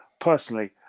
personally